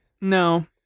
No